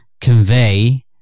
convey